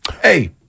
hey